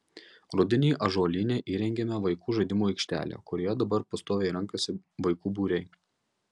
rudenį ąžuolyne įrengėme vaikų žaidimų aikštelę kurioje dabar pastoviai renkasi vaikų būriai